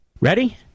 Ready